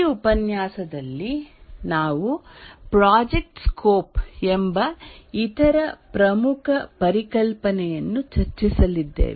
ಈ ಉಪನ್ಯಾಸದಲ್ಲಿ ನಾವು ಪ್ರಾಜೆಕ್ಟ್ ಸ್ಕೋಪ್ ಎಂಬ ಇತರ ಪ್ರಮುಖ ಪರಿಕಲ್ಪನೆಯನ್ನು ಚರ್ಚಿಸಲಿದ್ದೇವೆ